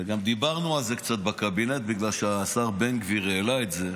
וגם דיברנו על זה קצת בקבינט בגלל שהשר בן גביר העלה את זה,